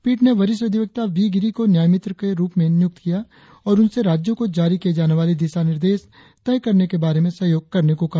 पीठ ने वरिष्ठ अधिवक्ता वी गिरी को न्यायामित्र के रुप में नियुक्त किया और उनसे राज्यों को जारी किए जाने वाले दिशा निर्देश तय करने के बारे में सहयोग करने को कहा